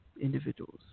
individuals